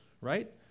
right